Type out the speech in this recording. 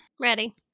Ready